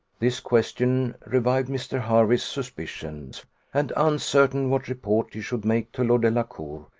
this question revived mr. hervey's suspicions and, uncertain what report he should make to lord delacour,